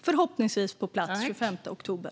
Förhoppningsvis äger det rum den 25 oktober.